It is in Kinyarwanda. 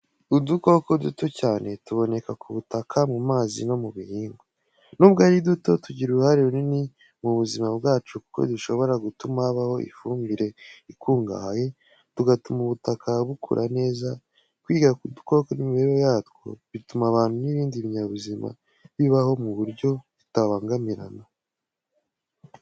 Udukoko duto cyane tuboneka ku butaka, mu mazi no mu bihingwa. Nubwo ari duto, tugira uruhare runini mu buzima bwacu kuko dushobora gutuma habaho ifumbire ikungahaye, tugatuma ubutaka bukura neza. Kwiga ku dukoko n’imibereho yatwo, bituma abantu n’ibindi binyabuzima bibaho mu buryo butabangamirana.